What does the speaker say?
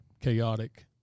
chaotic